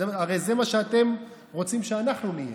הרי זה מה שאתם רוצים שאנחנו נהיה,